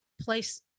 place